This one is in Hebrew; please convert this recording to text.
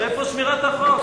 איפה שמירת החוק?